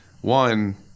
one